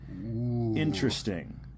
Interesting